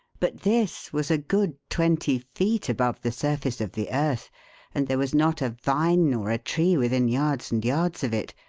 but this was a good twenty feet above the surface of the earth and there was not a vine nor a tree within yards and yards of it,